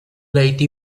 late